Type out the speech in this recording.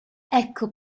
ecco